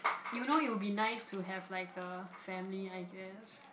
you know it will be nice to have like a family I guess